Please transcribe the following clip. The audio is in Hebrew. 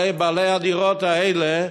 הרי בעלי הדירות האלה,